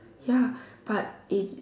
ya but it